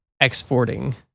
exporting